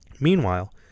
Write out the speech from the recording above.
Meanwhile